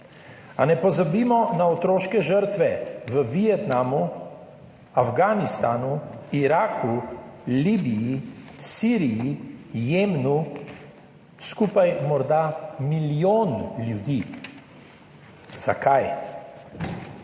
A ne pozabimo na otroške žrtve v Vietnamu, Afganistanu, Iraku, Libiji, Siriji, Jemnu, skupaj morda milijon ljudi. Zakaj?